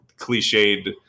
cliched